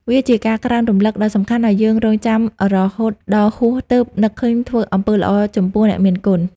វាជាការក្រើនរំលឹកដ៏សំខាន់ឲ្យយើងកុំរង់ចាំរហូតដល់ហួសពេលទើបនឹកឃើញធ្វើអំពើល្អចំពោះអ្នកមានគុណ។